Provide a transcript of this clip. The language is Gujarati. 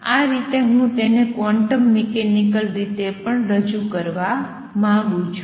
આ રીતે હું તેને ક્વોન્ટમ મિકેનિકલ રીતે પણ રજૂ કરવા માંગું છું